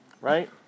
right